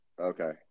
Okay